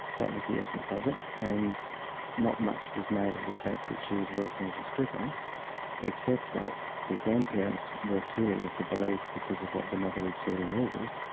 that was the essence of it, and not much was made of the fact that she was working as a stripper except that the grandparents were clearly of the belief because of what the mother had said in august,